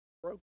Broken